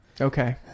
Okay